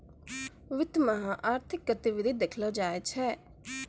वित्त मे आर्थिक गतिविधि देखलो जाय छै